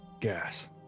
gas